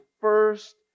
first